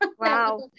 wow